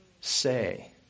say